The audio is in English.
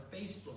Facebook